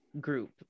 group